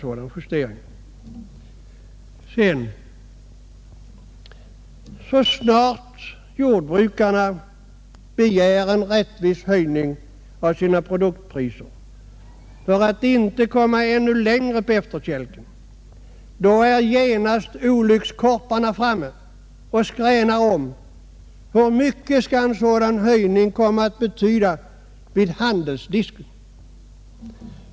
Så snart jordbrukarna begär en rättvis höjning av sina produktpriser för att inte komma ännu längre på efterkälken är genast olyckskorparna framme och skränar om hur mycket en sädan höjning kommer att betyda vid handelsdisken.